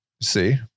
See